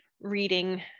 reading